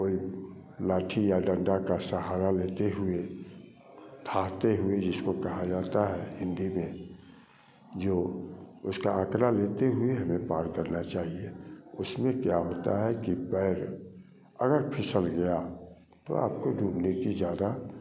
कोई लाठी या डंडा का सहारा लेते हुए थारते हुए जिसको कहा जाता है हिंदी में जो उसका आकलन लेते हुए हमें पार करना चाहिए उसमें क्या होता है कि पैर अगर फिसल गया तो आपको डूबने की ज्यादा